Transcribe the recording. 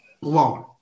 blown